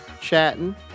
chatting